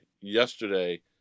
Yesterday